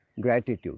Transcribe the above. gratitude